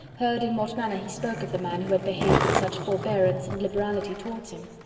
heard in what manner he spoke of the man who had behaved with such forbearance and liberality towards him.